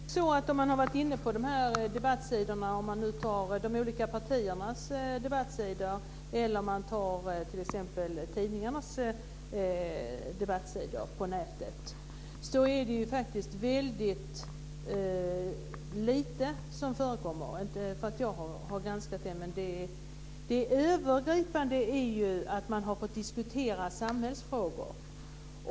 Fru talman! Nu är det faktiskt väldigt lite sådant som förekommer på dessa debattsidor, t.ex. de olika partiernas eller tidningarnas debattsidor på nätet. Inte för att jag har granskat detta, men det övergripande är att man diskuterar samhällsfrågor.